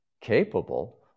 capable